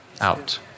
out